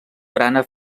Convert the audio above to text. barana